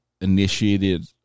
initiated